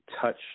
touch